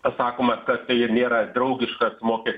pasakoma kad tai ir nėra draugiškas mokestis